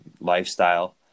lifestyle